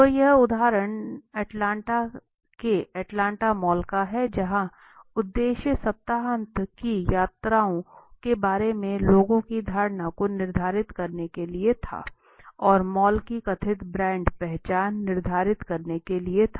तो यह उदाहरण अटलांटा के अटलांटा मॉल का है जहाँ उद्देश्य सप्ताहांत की यात्राओं के बारे में लोगों की धारणा को निर्धारित करने के लिए था और मॉल की कथित ब्रांड पहचान निर्धारित करने के लिए था